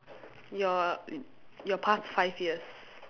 your your past five years